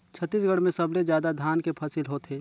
छत्तीसगढ़ में सबले जादा धान के फसिल होथे